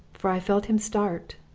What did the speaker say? for i felt him start,